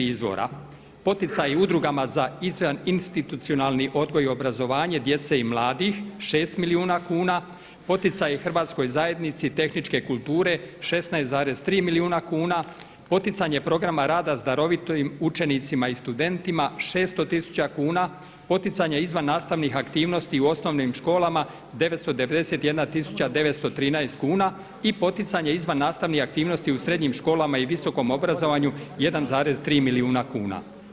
Izvora poticaji udrugama za izvan institucionalni odgoj i obrazovanje djece i mladih 6 milijuna kuna, poticaji Hrvatskoj zajednici tehničke kulture 16,3 milijuna kuna, poticanje programa rada s darovitim učenicima i studentima 600 tisuća kuna, poticanje izvan nastavnih aktivnosti u osnovnim školama 991 913 kuna i poticanje izvan nastanih aktivnosti u srednjim školama i visokom obrazovanju 1,3 milijuna kuna.